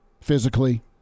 physically